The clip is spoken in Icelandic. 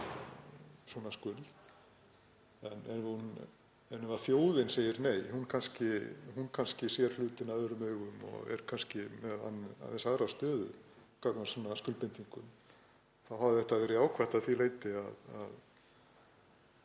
svona skuld en ef þjóðin segir nei — hún sér kannski hlutina öðrum augum og er kannski með aðeins aðra stöðu gagnvart svona skuldbindingum — þá hefði þetta verið jákvætt að því leyti að